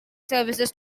services